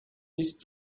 this